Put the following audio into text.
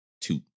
two